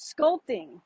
sculpting